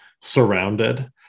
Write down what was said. surrounded